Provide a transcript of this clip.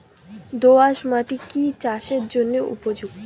দোআঁশ মাটি কি চাষের পক্ষে উপযুক্ত?